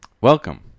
Welcome